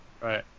Right